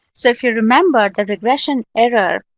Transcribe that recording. so if you remember, the regression error